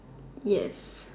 yes